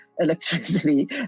electricity